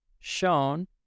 Shown